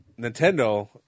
Nintendo